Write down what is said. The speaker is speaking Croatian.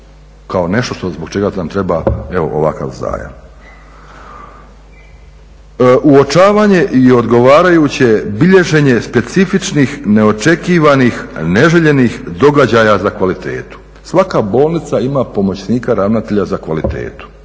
kao nešto zbog čega nam treba evo ovakav zajam. Uočavanje i odgovarajuće bilježenje specifičnih neočekivanih neželjenih događaja za kvalitetu. Svaka bolnica ima pomoćnika ravnatelja za kvalitetu,